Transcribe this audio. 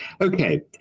okay